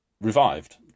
revived